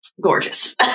Gorgeous